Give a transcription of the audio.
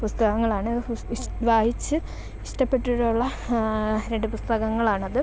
പുസ്തകങ്ങളാണ് ബുക്ക് വിഷ് വായിച്ച് ഇഷ്ടപ്പെട്ടിട്ടുള്ള രണ്ട് പുസ്തകങ്ങളാണത്